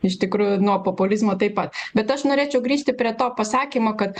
iš tikrųjų nuo populizmo taip pat bet aš norėčiau grįžti prie to pasakymo kad